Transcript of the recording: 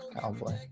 Cowboy